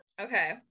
Okay